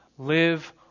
live